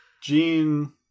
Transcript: Jean